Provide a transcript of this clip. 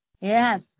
Yes